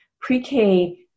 pre-K